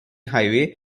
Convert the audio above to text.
highway